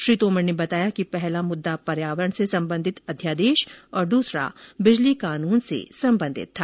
श्री तोमर ने बताया कि पहला मुददा पर्यावरण से संबंधित अध्यादेश और दूसरा बिजली कानून से संबंधित था